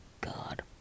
God